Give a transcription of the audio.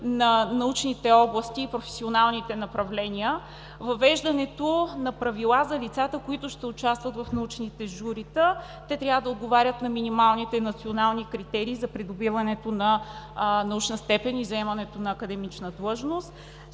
на научните области и професионалните направления; въвеждането на правила за лицата, които ще участват в научните журита – те трябва да отговарят на минималните национални критерии за придобиването на научна степен и заемането на академична длъжност;